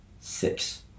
six